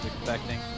expecting